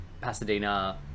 Pasadena